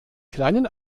kleinen